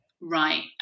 Right